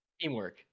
Teamwork